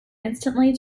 instantly